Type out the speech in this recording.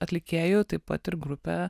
atlikėjų taip pat ir grupę